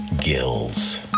gills